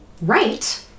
right